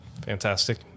Fantastic